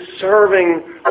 serving